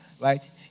right